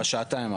בשעתיים האחרונות.